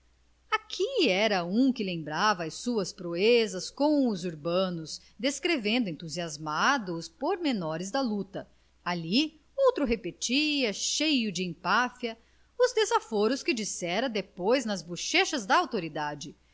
aqui era um que lembrava as suas proezas com os urbanos descrevendo entusiasmado os pormenores da luta ali outro repetia cheio de empáfia os desaforos que dissera depois nas bochechas da autoridade